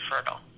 infertile